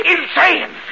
Insane